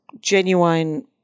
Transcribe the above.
genuine